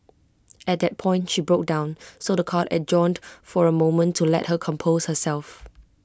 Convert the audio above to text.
at that point she broke down so The Court adjourned for A moment to let her compose herself